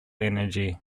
energy